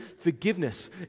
forgiveness